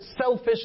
selfish